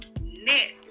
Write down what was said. net